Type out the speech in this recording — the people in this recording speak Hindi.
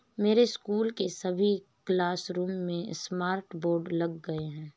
मेरे स्कूल के सभी क्लासरूम में स्मार्ट बोर्ड लग गए हैं